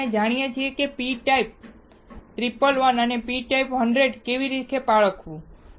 હવે આપણે જાણીએ છીએ કે p ટાઇપ 111 અને p ટાઇપ 100 ને કેવી રીતે પારખવું